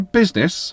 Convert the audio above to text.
business